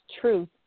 truth